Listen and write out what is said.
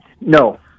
No